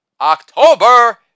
October